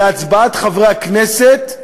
להצבעת חברי הכנסת,